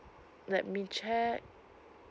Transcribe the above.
let me check